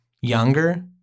younger